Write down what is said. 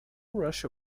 russia